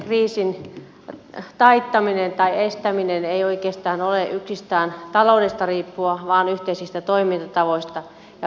sosiaalisen kriisin taittaminen tai estäminen ei oikeastaan ole yksistään taloudesta riippuvaa vaan yhteisistä toimintatavoista ja periaatteista